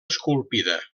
esculpida